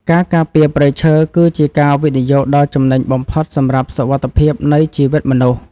ការការពារព្រៃឈើ គឺជាការវិនិយោគដ៏ចំណេញបំផុតសម្រាប់សុវត្ថិភាពនៃជីវិតមនុស្ស។